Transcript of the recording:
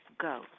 go